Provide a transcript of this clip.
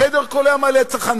החדר, הכול היה מלא צחנה.